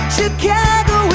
Chicago